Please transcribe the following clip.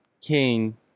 king